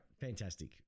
Fantastic